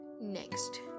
Next